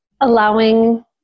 allowing